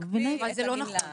יקפיא את העילה